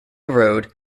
road